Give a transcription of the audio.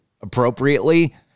appropriately